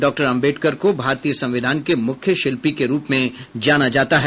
doctor Ambedkar को भारतीय संविधान के मुख्य शिल्पी के रूप में जाना जाता है